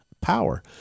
power